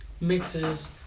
mixes